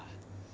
eh